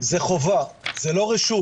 זה חובה, זה לא רשות.